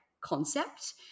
concept